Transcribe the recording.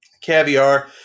Caviar